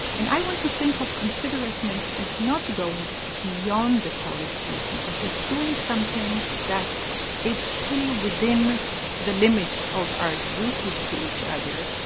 and i want to think of considerateness as not going beyond the call of duty, but as doing something that is still within the limits of our duties to each other,